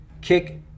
kick